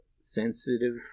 sensitive